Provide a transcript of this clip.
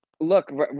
Look